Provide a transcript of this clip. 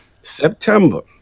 September